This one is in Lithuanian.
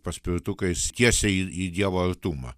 paspirtukais tiesiai į į dievo artumą